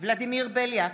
ולדימיר בליאק,